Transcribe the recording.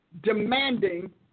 demanding